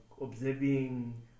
observing